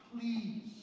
Please